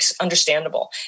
understandable